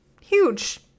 huge